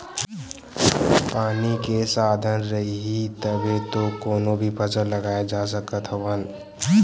पानी के साधन रइही तभे तो कोनो भी फसल लगाए जा सकत हवन